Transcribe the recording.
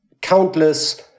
countless